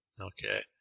Okay